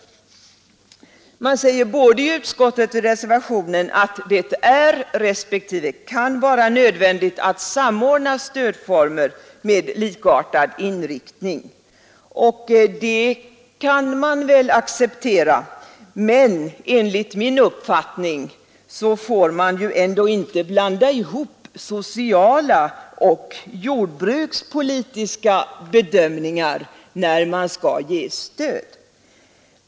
Man säger både i utskottsbetänkandet och i reservationen 16 att det är respektive kan vara nödvändigt att samordna stödformer med likartad inriktning. Det kan väl accepteras, men enligt min uppfattning får man ändå inte blanda ihop sociala och jordbrukspolitiska bedömningar när man skall ge stöd.